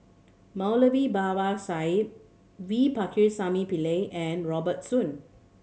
Moulavi Babu Sahib V Pakirisamy Pillai and Robert Soon